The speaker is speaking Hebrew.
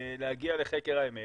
להגיע לחקר האמת,